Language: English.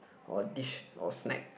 or dish or snack